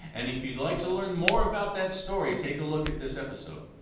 and if you'd like to learn more about that story, take a look at this episode.